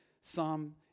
Psalm